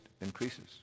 increases